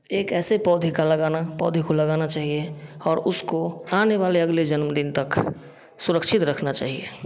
एक ऐसे पौधे का लगाना पौधे को लगाना चाहिए और उसको आने वाले अगले जन्मदिन तक सुरक्षित रखना चाहिए